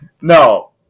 No